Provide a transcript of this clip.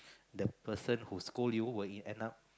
the person who scold you will end up